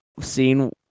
seen